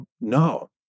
No